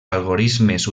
algorismes